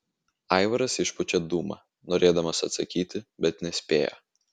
aivaras išpučia dūmą norėdamas atsakyti bet nespėja